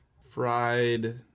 Fried